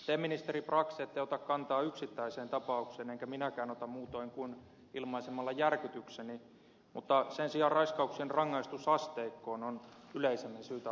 te ministeri brax ette ota kantaa yksittäiseen tapaukseen enkä minäkään muutoin kuin ilmaisemalla järkytykseni mutta sen sijaan raiskauksien rangaistusasteikkoon on yleisemmin syytä ottaa kantaa